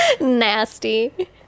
Nasty